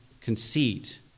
conceit